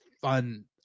fun